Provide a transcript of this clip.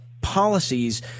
policies